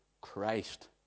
Christ